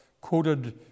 quoted